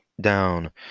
down